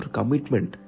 Commitment